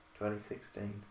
2016